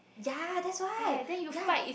ya that's why ya